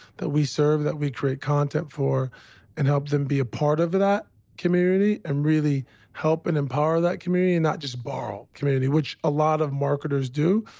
that we serve, that we create content for and help them be a part of that community and really help and empower that community and not just borrow community, which a lot of marketers do.